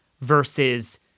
versus